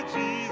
Jesus